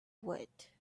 would